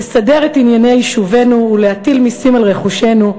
לסדר את ענייני יישובינו ולהטיל מסים על רכושנו,